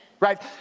Right